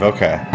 Okay